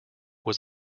was